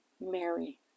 Mary